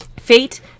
Fate